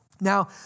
Now